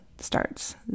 starts